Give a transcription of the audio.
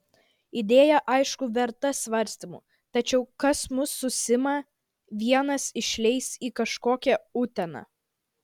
idėja aišku verta svarstymų tačiau kas mus su sima vienas išleis į kažkokią uteną